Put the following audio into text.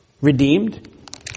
redeemed